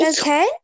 Okay